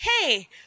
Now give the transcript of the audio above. hey